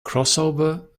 crossover